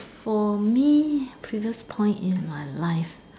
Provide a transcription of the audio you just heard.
for me previous point in my life